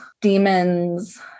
demons